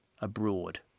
abroad